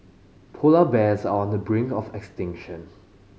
polar bears are on the brink of extinction